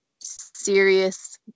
serious